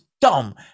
dumb